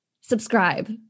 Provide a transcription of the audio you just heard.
Subscribe